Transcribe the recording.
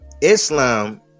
islam